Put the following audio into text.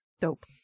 dope